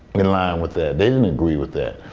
in line with that they didn't agree with that.